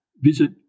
Visit